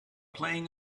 playing